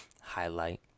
highlight